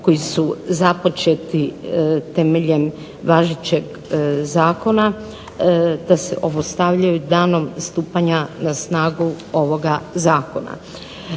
koji su započeti temeljem važećeg zakona, da se obustavljaju danom stupanja na snagu ovoga zakona.